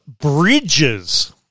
Bridges